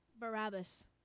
Barabbas